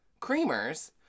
creamers